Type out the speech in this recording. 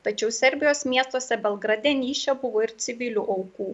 tačiau serbijos miestuose belgrade nyše buvo ir civilių aukų